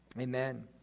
amen